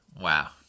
wow